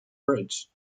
bridge